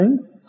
Okay